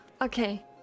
Okay